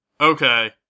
okay